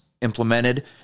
implemented